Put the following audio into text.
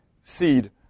seed